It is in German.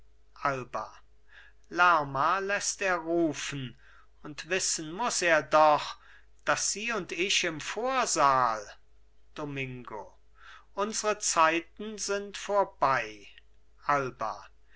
alba lerma läßt er rufen und wissen muß er doch daß sie und ich im vorsaal domingo unsre zeiten sind vorbei alba